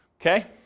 Okay